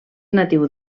natiu